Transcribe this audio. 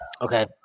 Okay